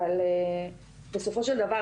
אבל בסופו של דבר,